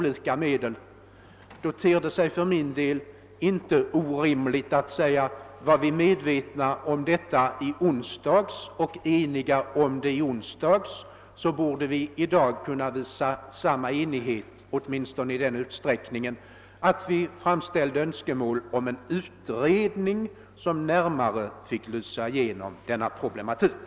Då ter det sig för mig inte orimligt att resonera på detta sätt: var vi eniga i onsdags, borde vi i dag kunna visa enighet åtminstone i sådan utsträckning att vi framställer önskemål om en utredning som får genomlysa denna problematik.